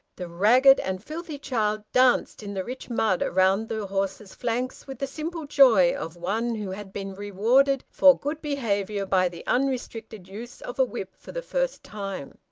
the ragged and filthy child danced in the rich mud round the horse's flanks with the simple joy of one who had been rewarded for good behaviour by the unrestricted use of a whip for the first time.